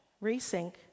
re-sync